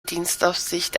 dienstaufsicht